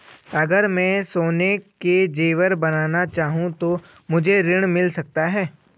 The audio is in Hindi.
अगर मैं सोने के ज़ेवर बनाना चाहूं तो मुझे ऋण मिल सकता है?